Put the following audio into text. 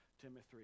Timothy